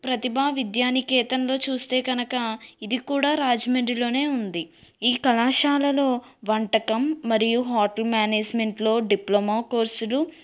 ప్రతిభా విద్యానికేతన్లో చూస్తే గనక ఇది కూడా రాజమండ్రిలోనే ఉంది ఈ కళాశాలలో వంటకం మరియు హోటల్ మేనేజ్మెంట్లో డిప్లమో కోర్సులు